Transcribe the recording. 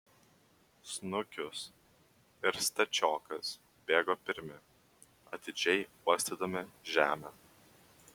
snukius ir stačiokas bėgo pirmi atidžiai uostydami žemę